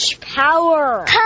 power